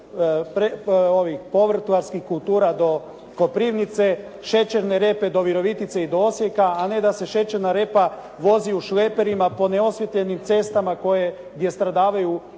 povrtlarskih kultura do Koprivnice, šećerne repice do Virovitice i do Osijeka, a ne da se šećerna repa vozi u šleperima po neosvijetljenim cestama gdje stradavaju